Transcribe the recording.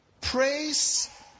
Praise